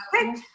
Okay